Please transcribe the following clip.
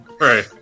Right